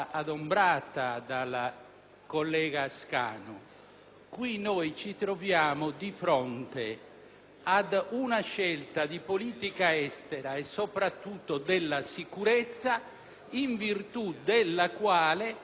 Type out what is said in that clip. ad una scelta di politica estera, e soprattutto della sicurezza, in virtù della quale la Maddalena viene scelta come sede del G8 per l'anno